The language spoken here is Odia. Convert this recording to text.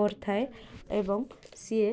କରିଥାଏ ଏବଂ ସିଏ